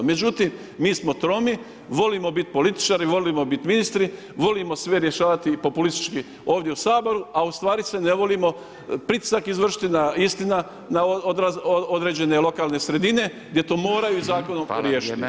Međutim, mi smo tromi, volimo biti političari, volimo biti ministri, volimo sve rješavati populistički ovdje u Saboru a ustvari ne volimo pritisak izvršiti na određen lokalne sredine gdje to moraju zakonom riješiti.